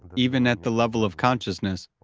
even at the level of consciousness,